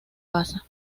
basa